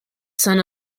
son